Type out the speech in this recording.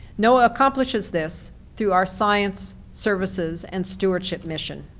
noaa accomplishes this through our science, services and stewardship mission.